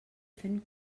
fent